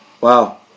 Wow